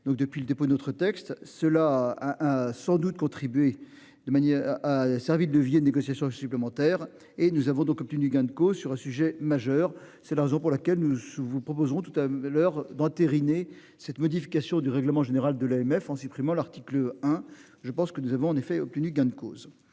depuis le dépôt d'autres textes. Cela a sans doute contribué de manière a servi de levier de négociation supplémentaires et nous avons donc obtenu gain de cause sur un sujet majeur c'est la raison pour laquelle nous vous proposons tout à l'heure d'entériner cette modification du règlement général de l'AMF en supprimant l'article hein je pense que nous avons en effet obtenu gain de cause,